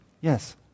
Yes